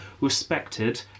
respected